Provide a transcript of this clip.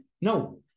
No